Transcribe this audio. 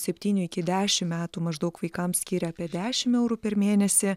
septynių iki dešim metų maždaug vaikams skiria apie dešim eurų per mėnesį